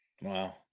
Wow